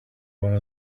one